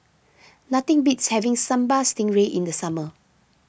nothing beats having Sambal Stingray in the summer